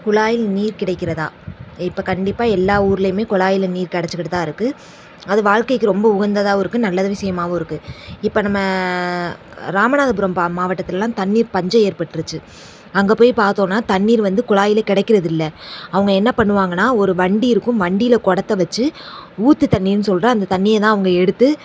குழாயில் நீர் கிடைக்கிறதா இப்போ கண்டிப்பாக எல்லா ஊரிலியுமே குழாயில நீர் கிடச்சிக்கிட்டு தான் இருக்குது அது வாழ்க்கைக்கு ரொம்ப உகந்ததாகவும் இருக்குது நல்லது விஷயமாவும் இருக்குது இப்போ நம்ம ராமநாதபுரம் பா மாவட்டத்துலலாம் தண்ணீர் பஞ்சம் ஏற்பட்டிருச்சு அங்கே போயி பார்த்தோன்னா தண்ணீர் வந்து குழாயில் கிடைக்கிறது இல்லை அவங்க என்ன பண்ணுவாங்கன்னால் ஒரு வண்டி இருக்கும் வண்டியில் குடத்த வெச்சு ஊற்று தண்ணியின் சொல்ற அந்த தண்ணியை தான் அவங்க எடுத்து